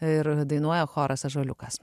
ir dainuoja choras ąžuoliukas